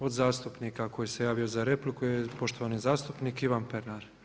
Prvi od zastupnika koji se javio za repliku je poštovani zastupnik Ivan Pernar.